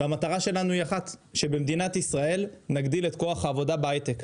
והמטרה שלנו היא אחת שבמדינת ישראל נגדיל את כוח העבודה בהיי-טק.